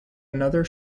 another